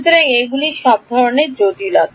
সুতরাং এগুলি সব ধরণের জটিলতা